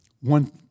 one